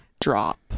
drop